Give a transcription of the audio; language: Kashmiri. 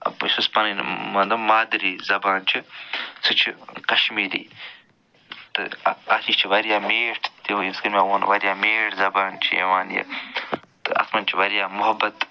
بہٕ چھُس پنٕنۍ مطلب مادری زبان چھِ سُہ چھِ کشمیٖری تہٕ اَ اَکھ یہِ چھِ وارِیاہ میٖٹھ تہِ یِتھ کٔنۍ مےٚ ووٚن وارِیاہ میٖٹھ زبان چھِ یِوان یہِ تہٕ اَتھ منٛز چھِ وارِیاہ محبت